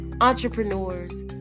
entrepreneurs